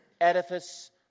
edifice